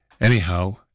Anyhow